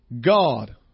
God